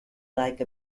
like